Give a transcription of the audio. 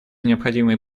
необходимой